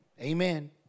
amen